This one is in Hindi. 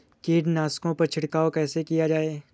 कीटनाशकों पर छिड़काव कैसे किया जाए?